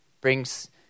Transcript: brings